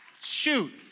Shoot